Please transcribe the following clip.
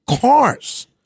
cars